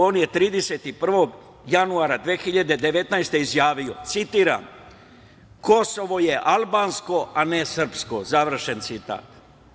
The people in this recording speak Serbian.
On je 31. januara 2019. godine izjavio, citiram: „Kosovo je albansko, a ne srpsko“, završen citat.